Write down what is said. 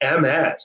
MS